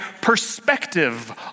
perspective